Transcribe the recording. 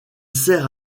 sert